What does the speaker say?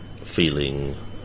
feeling